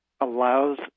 allows